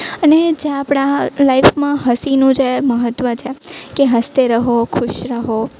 અને એ જે આપણા લાઈફમાં હસીનું જે મહત્વ છે કે હસતે રહો ખુશ રહો